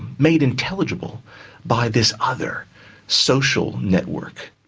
made intelligible by this other social network.